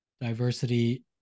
diversity